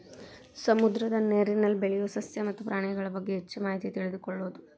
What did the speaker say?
ಸಮುದ್ರದ ನೇರಿನಲ್ಲಿ ಬೆಳಿಯು ಸಸ್ಯ ಮತ್ತ ಪ್ರಾಣಿಗಳಬಗ್ಗೆ ಹೆಚ್ಚ ಮಾಹಿತಿ ತಿಳಕೊಳುದು